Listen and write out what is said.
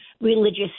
religious